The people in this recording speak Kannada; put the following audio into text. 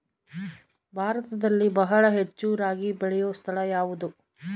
ಭಾರತದಲ್ಲಿ ಬಹಳ ಹೆಚ್ಚು ರಾಗಿ ಬೆಳೆಯೋ ಸ್ಥಳ ಯಾವುದು?